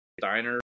diner